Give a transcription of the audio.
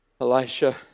Elisha